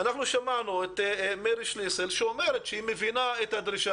שמענו את מירי שליסל שאומרת שהיא מבינה את הדרישה